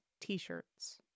t-shirts